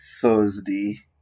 thursday